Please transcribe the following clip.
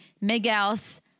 Miguel's